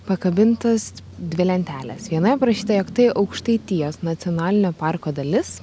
pakabintas dvi lentelės vienoje parašyta jog tai aukštaitijos nacionalinio parko dalis